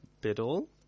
Biddle